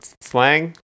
slang